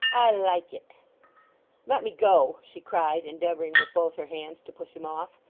i like it let me go she cried, endeavouring with both her hands to push him off.